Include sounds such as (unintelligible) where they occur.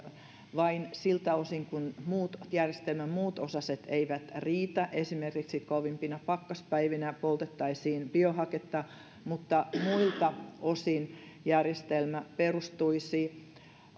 vain siltä osin (unintelligible) kuin järjestelmän muut osaset eivät riitä esimerkiksi kovimpina pakkaspäivinä poltettaisiin biohaketta mutta muilta osin järjestelmä perustuisi